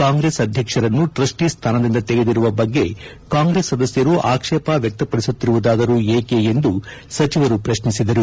ಕಾಂಗ್ರೆಸ್ ಅಧ್ವಕ್ಷರನ್ನು ಟ್ರಸ್ಟಿ ಸ್ಥಾನದಿಂದ ತೆಗೆದಿರುವ ಬಗ್ಗೆ ಕಾಂಗ್ರೆಸ್ ಸದಸ್ಯರು ಆಕ್ಷೇಪ ವ್ಯಕ್ತಪಡಿಸುತ್ತಿರುವುದಾದರೂ ಏಕೆ ಎಂದು ಸಚಿವರು ಪ್ರಶ್ನಿಸಿದರು